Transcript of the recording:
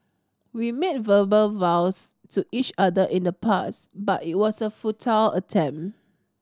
we made verbal vows to each other in the past but it was a futile attempt